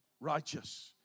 righteous